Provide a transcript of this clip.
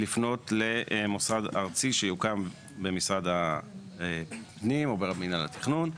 לפנות למוסד ארצי שיוקדם במשרד הפנים או במינהל התכנון,